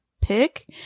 pick